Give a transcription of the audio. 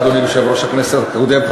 אדוני יושב-ראש הכנסת הקודם,